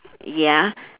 ya